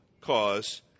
cause